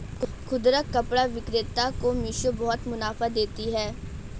खुदरा कपड़ा विक्रेता को मिशो बहुत मुनाफा देती है